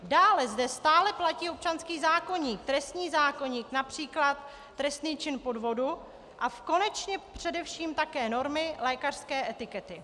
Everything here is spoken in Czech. Dále zde stále platí občanský zákoník, trestní zákoník, např. trestný čin podvodu, a konečně především také normy lékařské etiky.